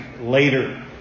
later